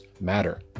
matter